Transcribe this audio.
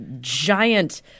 giant